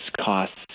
costs